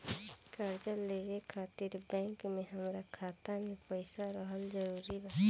कर्जा लेवे खातिर बैंक मे हमरा खाता मे पईसा रहल जरूरी बा?